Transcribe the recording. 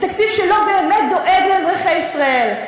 תקציב שלא באמת דואג לאזרחי ישראל,